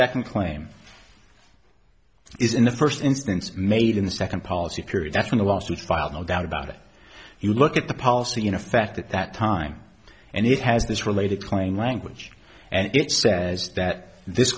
second claim is in the first instance made in the second policy period that's in the lawsuit filed no doubt about it you look at the policy in effect at that time and it has this related claim language and it says that this